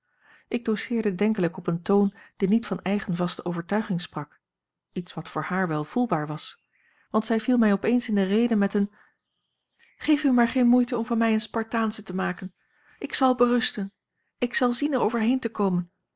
ik doceerde denkelijk op een toon die niet van eigen vaste overtuiging sprak iets wat voor haar wel voelbaar was want zij viel mij opeens in de rede met een geef u maar geen moeite om van mij eene spartaansche te maken ik zal berusten ik zal zien er overheen te komen